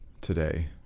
today